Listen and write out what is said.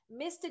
Mr